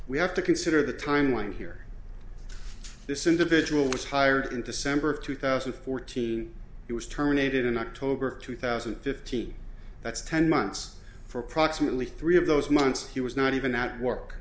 we have to consider the time line here this individual was hired december of two thousand and fourteen and it was terminated in october of two thousand and fifteen that's ten months for approximately three of those months he was not even at work